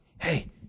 hey